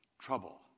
Trouble